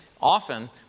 often